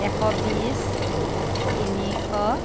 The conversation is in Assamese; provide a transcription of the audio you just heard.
এশ বিশ তিনিশ